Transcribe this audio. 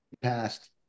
passed